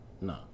No